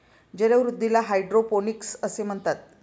जलवृद्धीला हायड्रोपोनिक्स असे म्हणतात